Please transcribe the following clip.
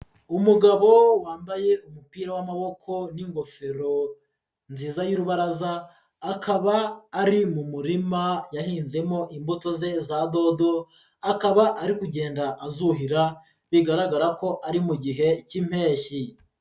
Umugabo wambaye umupira w'amaboko n'ingofero nziza y'urubaraza, akaba ari mu murima yahinzemo imbuto ze za dodo, akaba ari kugenda azuhira bigaragara ko ari mu gihe cy'impeshyi.